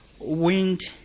wind